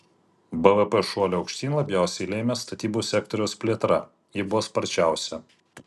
bvp šuolį aukštyn labiausiai lėmė statybų sektoriaus plėtra ji buvo sparčiausia